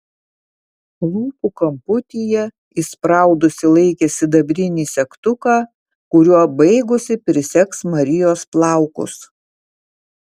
lūpų kamputyje įspraudusi laikė sidabrinį segtuką kuriuo baigusi prisegs marijos plaukus